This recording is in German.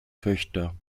töchter